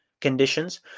conditions